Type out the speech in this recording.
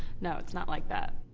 no, it's not like that.